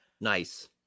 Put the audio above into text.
Nice